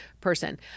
person